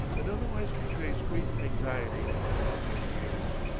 and otherwise betrays great anxiety to do the agreeable.